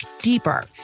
deeper